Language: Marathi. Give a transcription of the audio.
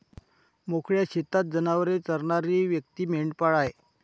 मोकळ्या शेतात जनावरे चरणारी व्यक्ती मेंढपाळ आहे